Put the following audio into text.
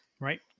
Right